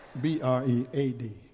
B-R-E-A-D